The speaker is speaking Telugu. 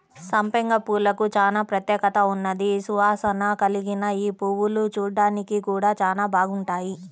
సంపెంగ పూలకు చానా ప్రత్యేకత ఉన్నది, సువాసన కల్గిన యీ పువ్వులు చూడ్డానికి గూడా చానా బాగుంటాయి